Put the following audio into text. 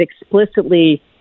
explicitly